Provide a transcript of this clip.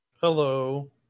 Hello